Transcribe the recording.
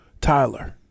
Tyler